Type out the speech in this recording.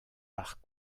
par